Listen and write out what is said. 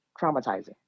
traumatizing